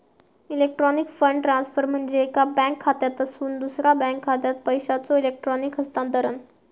electronic fund transfer म्हणजे एका bank खात्यातसून दुसरा बँक खात्यात पैशांचो इलेक्ट्रॉनिक हस्तांतरण